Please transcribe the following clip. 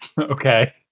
Okay